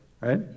right